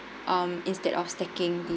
um instead of stacking the